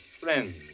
friends